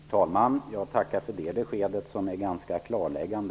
Herr talman! Jag tackar för detta besked. Det är ganska klarläggande.